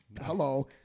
hello